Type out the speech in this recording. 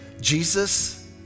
Jesus